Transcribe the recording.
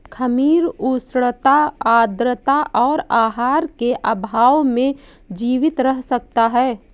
खमीर उष्णता आद्रता और आहार के अभाव में जीवित रह सकता है